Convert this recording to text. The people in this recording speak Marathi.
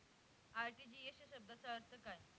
आर.टी.जी.एस या शब्दाचा अर्थ काय?